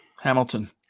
Hamilton